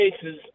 cases